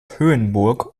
höhenburg